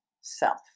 self